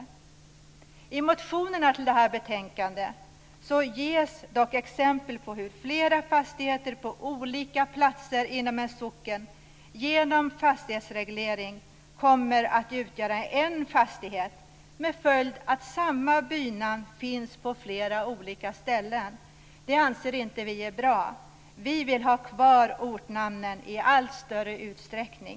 I de motioner som behandlas i betänkandet ges exempel på att flera fastigheter på olika platser inom en socken genom fastighetsreglering tillsammans kommer att utgöra en enda fastighet, vilket får till följd att samma bynamn finns på flera olika ställen. Vi anser att detta inte är bra. Vi vill att ortnamnen ska vara kvar i allt större utsträckning.